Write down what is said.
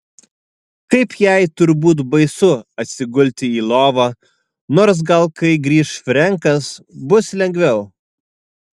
kaip jai turbūt baisu atsigulti į lovą nors gal kai grįš frenkas bus lengviau